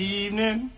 evening